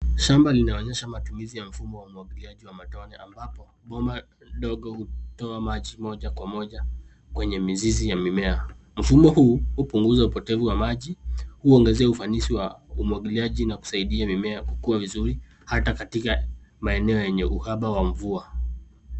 Shamba linaonyesha matumizi ya mfumo wa umwagiliaji wa matone, ambapo boma dogo hutoa maji moja kwa moja kwenye mizizi ya mimea. Mfumo huu, hupunguza upotevu wa maji, huongezea ufanisi wa umwagiliaji na kusaidia mimea ya kukua vizuri, hata katika maeneo yenye uhaba wa mvua.